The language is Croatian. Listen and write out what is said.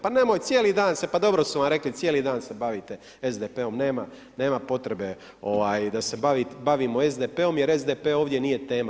Pa nemoj, cijeli dan se, pa dobro su vam rekli, cijeli dan se bavite SDP-om, nema potrebe da se bavimo SDP-om jer SDP ovdje nije tema.